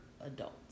adult